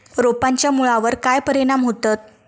रोपांच्या मुळावर काय परिणाम होतत?